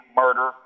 murder